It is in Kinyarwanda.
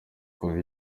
kuva